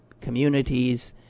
Communities